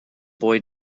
boy